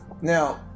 Now